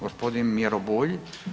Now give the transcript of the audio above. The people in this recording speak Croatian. Gospodin Miro Bulj.